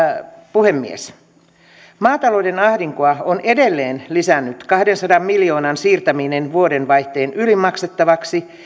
puhemies maatalouden ahdinkoa on edelleen lisännyt kahdensadan miljoonan siirtäminen vuodenvaihteen yli maksettavaksi